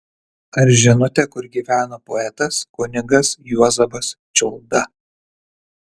ar žinote kur gyveno poetas kunigas juozapas čiulda